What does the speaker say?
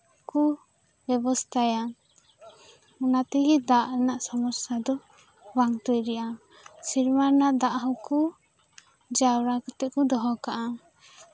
ᱠᱩ ᱵᱮᱵᱚᱥᱛᱟᱭᱟ ᱚᱱᱟᱛᱮᱜᱮ ᱫᱟᱜ ᱨᱮᱱᱟᱜ ᱥᱚᱢᱚᱥᱥᱟ ᱫᱚ ᱵᱟᱝ ᱛᱳᱭᱨᱤᱜᱼᱟ ᱥᱮᱨᱢᱟ ᱨᱮᱱᱟᱜ ᱫᱟᱜ ᱦᱚᱸᱠᱩ ᱡᱟᱣᱨᱟ ᱠᱟᱛᱮ ᱠᱩ ᱫᱚᱦᱚ ᱠᱟᱜᱼᱟ